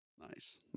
Nice